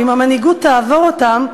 ואם המנהיגות תעבור אותם,